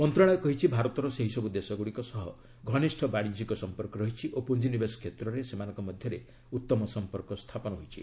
ମନ୍ତ୍ରଣାଳୟ କହିଛି ଭାରତର ସେହିସବୁ ଦେଶଗୁଡ଼ିକ ସହ ଘନିଷ୍ଠ ବାଣିଜ୍ୟିକ ସଂପର୍କ ରହିଛି ଓ ପୁଞ୍ଜିନିବେଶ କ୍ଷେତ୍ରରେ ସେମାନଙ୍କ ମଧ୍ୟରେ ଉଉମ ସଂପର୍କ ରହିଛି